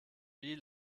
wie